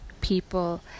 people